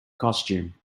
costume